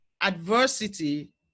adversity